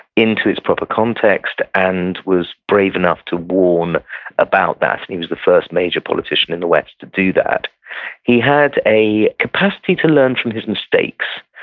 into its proper context, and was brave enough to warn about that. and he was the first major politician in the west to do that he had a capacity to learn from his mistakes,